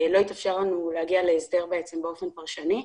להגיע להסדר באופן פרשני.